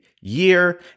year